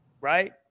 right